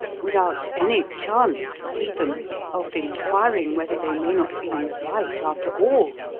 without any chance even of inquiring whether they may not be in the right after all,